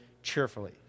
cheerfully